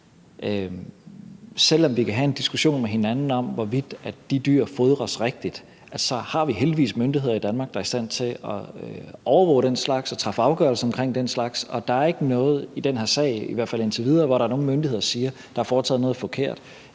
selv om vi kan have en diskussion med hinanden om, hvorvidt de dyr fodres rigtigt, så har vi heldigvis myndigheder i Danmark, der er i stand til at overvåge den slags og træffe afgørelser omkring den slags. Og der er ikke noget i den her sag, i hvert fald ikke indtil videre, hvor der er nogle myndigheder, der siger, at der er foretaget noget forkert